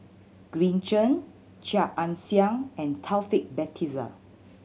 Green Zeng Chia Ann Siang and Taufik Batisah